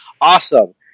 Awesome